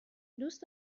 دوست